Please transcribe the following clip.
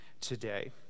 today